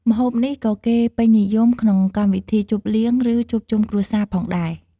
ម្ហូបនេះក៏គេពេញនិយមក្នុងកម្មវិធីជប់លៀង ឬជួបជុំគ្រួសារផងដែរ។